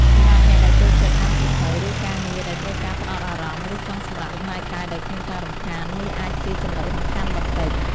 សម្រាប់អ្នកដែលចូលចិត្តអានសៀវភៅ ធ្វើការងារដែលត្រូវការការផ្តោតអារម្មណ៍ ឬចង់សម្រាកលំហែកាយដោយគ្មានការរំខាន នេះអាចជា ចំណុចរំខានបន្តិច។